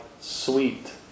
sweet